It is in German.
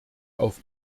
auf